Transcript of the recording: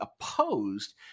opposed